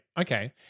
Okay